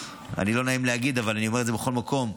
לא נעים להגיד, אבל אני אומר את זה בכל מקום,